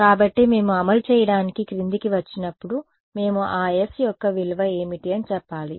కాబట్టి మేము అమలు చేయడానికి క్రిందికి వచ్చినప్పుడు మేము ఆ s యొక్క విలువ ఏమిటి అని చెప్పాలి